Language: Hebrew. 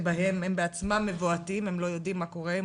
שהם עצמם מבועתים והם לא יודעים מה קורה,